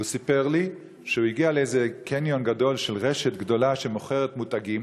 הוא סיפר לי שהוא הגיע לאיזה קניון גדול של רשת גדולה שמוכרת מותגים,